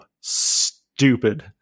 stupid